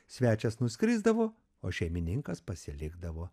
svečias nuskrisdavo o šeimininkas pasilikdavo